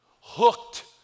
hooked